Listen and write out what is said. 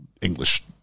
English